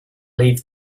leave